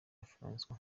francois